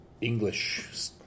English